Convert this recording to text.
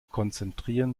konzentrieren